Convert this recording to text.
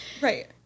Right